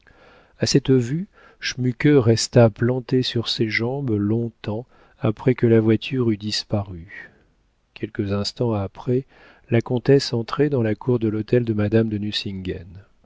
a cette vue schmuke resta planté sur ses jambes longtemps après que la voiture eut disparu quelques instants après la comtesse entrait dans la cour de l'hôtel de madame de